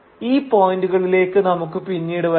ഈ പോയിന്റുകളിലേക്ക് നമുക്ക് പിന്നീട് വരാം